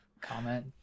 Comment